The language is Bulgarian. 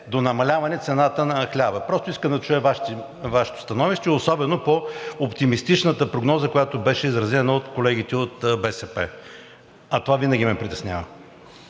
до намаляване цената на хляба. Просто искам да чуя Вашето становище, особено по оптимистичната прогноза, която беше изразена от колегите от БСП, а това винаги ме притеснява.